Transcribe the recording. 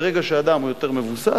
ברגע שאדם הוא יותר מבוסס,